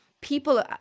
people